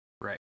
Right